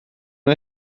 nhw